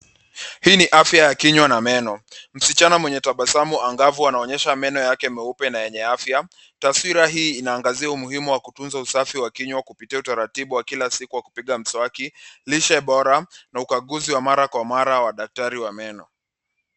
Hii ni afya ya kinywa na meno. Msichana mwenye tabasamu angavu anaonyesha meno yake meupe na yenye afya .Taswira hii inaangazia umuhimu wa kutunza usafi wa kinywa kupitia utaratibu wa kila siku wa kupiga mswaki, lishe bora na ukaguzi wa mara kwa mara wa daktari wa meno.